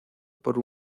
por